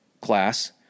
class